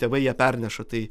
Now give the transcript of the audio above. tėvai jie perneša tai